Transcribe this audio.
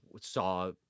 saw